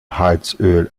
heizöl